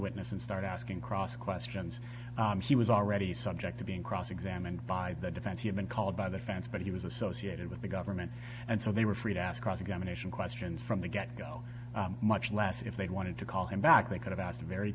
witness and start asking cross questions he was already subject to being cross examined by the defense had been called by the fans but he was associated with the government and so they were free to ask cross examination questions from the get go much less if they wanted to call him back they could have asked a very